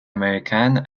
américaine